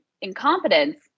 incompetence